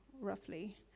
roughly